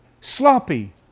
sloppy